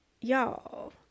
y'all